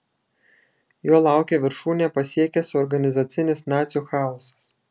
jo laukė viršūnę pasiekęs organizacinis nacių chaosas